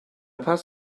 paz